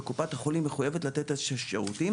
וקופת החולים מחויבת לתת את השירותים.